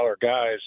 guys